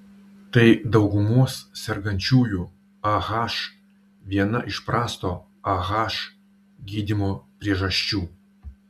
tai daugumos sergančiųjų ah viena iš prasto ah gydymo priežasčių